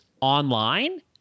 online